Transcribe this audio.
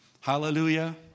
Hallelujah